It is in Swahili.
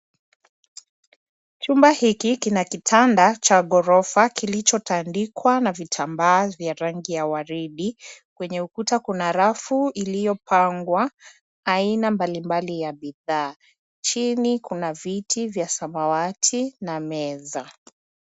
Chumba hiki kina kitanda cha gorofa kilichotandikwa na vitambaa vya rangi ya waridi. Kwenye ukuta kuna rafu iliyopangwa aina mbalimbali ya bidhaa. Chini kuna viti vya samawati na meza.